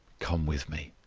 come with me.